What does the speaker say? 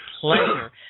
pleasure